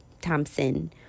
Thompson